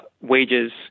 wages